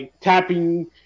tapping